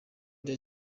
rya